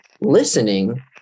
listening